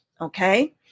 okay